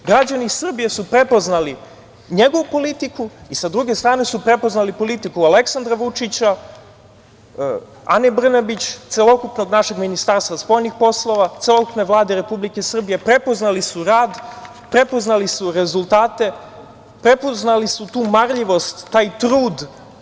Građani Srbije su prepoznali njegovu politiku i sa druge strane su prepoznali politiku Aleksandra Vučića, Ane Brnabić, celokupnog našeg Ministarstva spoljnih poslova, celokupne Vlade Republike Srbije, prepoznali su rad, prepoznali su rezultate, prepoznali su tu marljivost, taj trud.